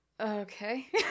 okay